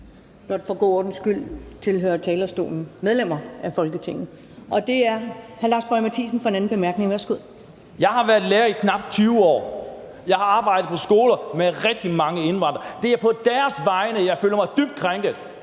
Jeg har været lærer i knap 20 år. Jeg har arbejdet på skoler med rigtig mange indvandrere, og det er på deres vegne, jeg føler mig dybt krænket.